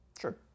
Sure